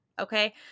Okay